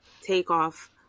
Takeoff